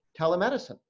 telemedicine